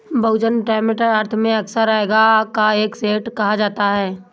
बहुवचन टैंटम अर्थ में अक्सर हैगा का एक सेट कहा जाता है